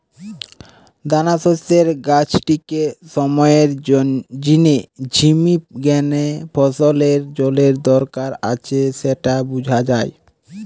দানাশস্যের গাছটিকে সময়ের জিনে ঝিমি গ্যানে ফসলের জলের দরকার আছে স্যাটা বুঝা যায়